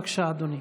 בבקשה, אדוני.